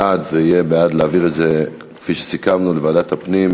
בעד יהיה בעד להעביר את זה לוועדת הפנים,